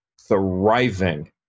thriving